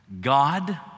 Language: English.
God